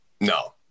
no